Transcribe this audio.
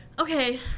okay